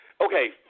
okay